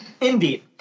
Indeed